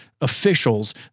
officials